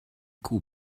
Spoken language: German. kuh